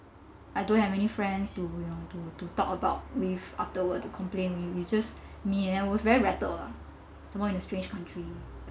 I don't have any friends to you know ya to to talk about with afterwards to complain we we just me and I was very rattled lah some more in a strange country